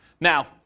Now